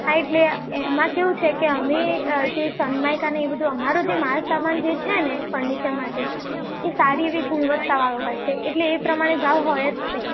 હા એટલે એમાં કેવું છે કે અમે જે સનમાઈકાને એ બધું અમારો જે માલ સમાન જે છે ને ફર્નિચર માટેનો તે સારી એવી ગુણવત્તાવાળો હોય છે એટલે એ પ્રમાણે ભાવ હોય જ છે